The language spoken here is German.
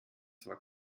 zwar